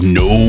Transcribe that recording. no